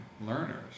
learners